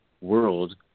world